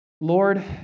Lord